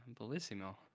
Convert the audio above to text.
Bellissimo